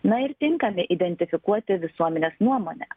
na ir tinkami identifikuoti visuomenės nuomonę